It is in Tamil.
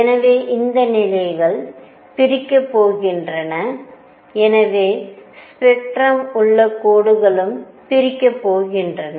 எனவே இந்த நிலைகள் பிரிக்கப் போகின்றன எனவே ஸ்பெக்ட்ரமில் உள்ள கோடுகளும் பிரிக்கப் போகின்றன